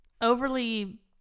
overly